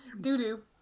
Doo-doo